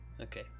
Okay